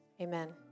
Amen